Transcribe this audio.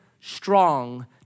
strong